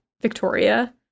victoria